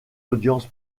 audience